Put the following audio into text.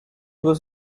was